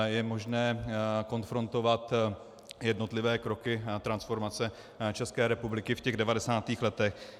Je možné konfrontovat jednotlivé kroky transformace České republiky v těch 90. letech.